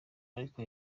ariko